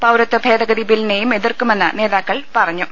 പൌരത്വ ഭേദഗതി ബില്ലിനെയും എതിർക്കുമെന്ന് നേതാക്കൾ പറ ഞ്ഞു